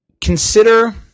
consider